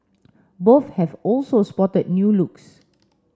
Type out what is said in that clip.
both have also spotted new looks